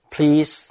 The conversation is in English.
Please